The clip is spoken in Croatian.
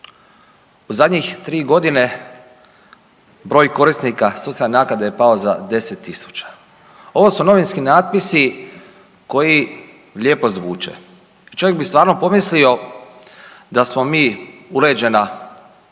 U zadnjih tri godine broj korisnika socijalne naknade je pao za 10 000. Ovo su novinski natpisi koji lijepo zvuče. Čovjek bi stvarno pomislio da smo mi uređena,